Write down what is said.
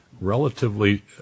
relatively